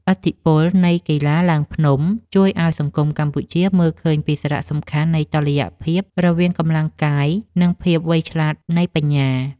ឥទ្ធិពលនៃកីឡាឡើងភ្នំបានជួយឱ្យសង្គមកម្ពុជាមើលឃើញពីសារៈសំខាន់នៃតុល្យភាពរវាងកម្លាំងកាយ និងភាពវៃឆ្លាតនៃបញ្ញា។